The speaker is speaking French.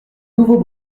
nouveaux